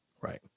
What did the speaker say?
Right